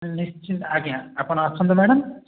ନିଶ୍ଚିନ୍ତ ଆଜ୍ଞା ଆପଣ ଆସନ୍ତୁ ମ୍ୟାଡ଼ମ୍